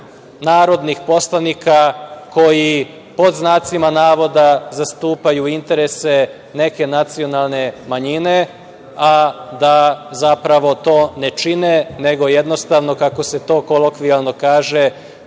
narodnih poslanika koji „zastupaju interese“ neke nacionalne manjine, a da zapravo to ne čine, nego jednostavno kako se to kolokvijalno kaže